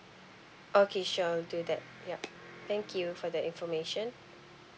okay sure I'll do that yup thank you for that information